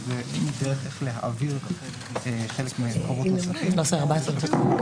ושפקודת המיסים (גבייה)